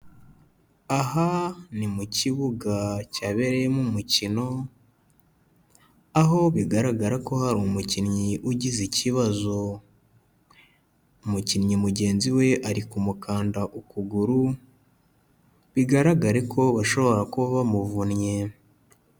Aha ni mu kibuga cyabereyemo umukino, aho bigaragara ko hari umukinnyi ugize ikibazo, umukinnyi mugenzi we ari kumukanda ukuguru bigaragare ko bashobora kuba bamuvunnye.